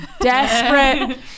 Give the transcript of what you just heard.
desperate